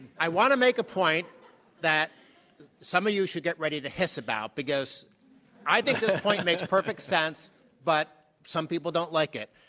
i want to make a point that some of you should get ready to hiss about because i think this point makes perfect sense but some people don't like it,